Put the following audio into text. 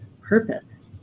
purpose